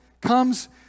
comes